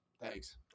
Thanks